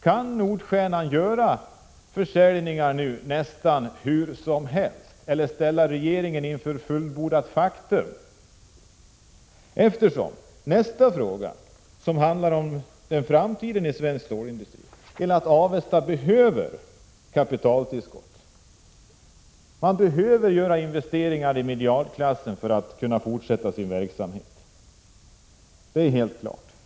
Kan Nordstjernan verkställa försäljningar nästan hur som helst och ställa regeringen inför fullbordat faktum? Det handlar ju om framtiden i svensk stålindustri och om att Avesta behöver kapitaltillskott. Företaget behöver göra investeringar i miljardklassen för att kunna fortsätta sin verksamhet. Det är helt klart.